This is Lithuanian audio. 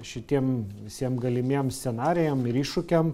šitiem visiem galimiem scenarijam ir iššūkiam